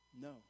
no